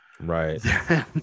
right